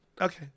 Okay